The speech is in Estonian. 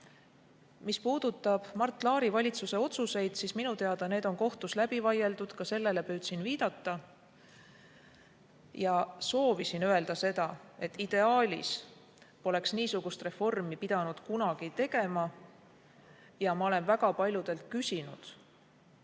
puudutab Mart Laari valitsuse otsuseid, siis minu teada need on kohtus läbi vaieldud. Ka sellele püüdsin viidata. Ja soovisin öelda seda, et ideaalis poleks niisugust reformi pidanud kunagi tegema. Ma olen väga paljudelt küsinud,